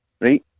right